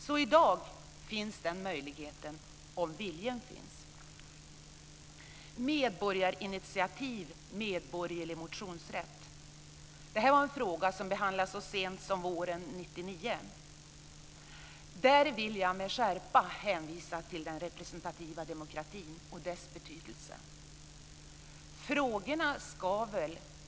Den möjligheten finns alltså i dag om viljan finns. Frågan om medborgarinitiativ och medborgerlig motionsrätt behandlades så sent som våren 1999. Jag vill med skärpa hänvisa till den representativa demokratin och dess betydelse.